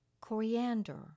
coriander